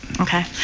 Okay